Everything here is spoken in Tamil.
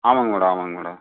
ஆமாம்ங்க மேடம் ஆமாம்ங்க மேடம்